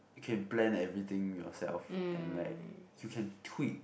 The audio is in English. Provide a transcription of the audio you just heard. you can plan everything yourself and like you can tweak